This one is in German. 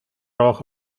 rauch